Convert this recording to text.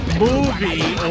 movie